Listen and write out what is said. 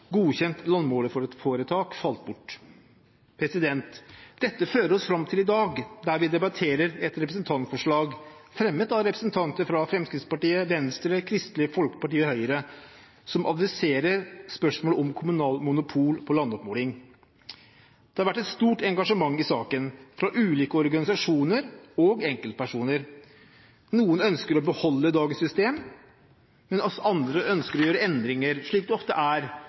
godkjent landmålerforetak falt bort. Dette fører oss fram til i dag, der vi debatterer et representantforslag fremmet av representanter fra Fremskrittspartiet, Venstre, Kristelig Folkeparti og Høyre, som adresserer spørsmålet om kommunalt monopol på landoppmåling. Det har vært et stort engasjement i saken fra ulike organisasjoner og enkeltpersoner. Noen ønsker å beholde dagens system, mens andre ønsker å gjøre endringer, slik det ofte er